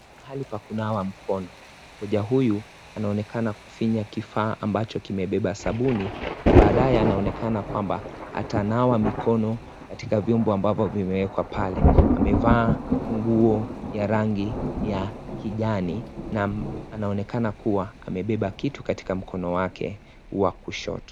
Mahali pa kunawa mkono. Mteja huyu anaonekana kuifinya kifaa ambacho kimebeba sabuni na baadae anaonekana kwamba, atanawa mikono katika vyombo ambavyo vimewekwa pale. Amevaa nguo ya rangi ya kijani na anaonekana kuwa, amebeba kitu katika mkono wake wa kushoto.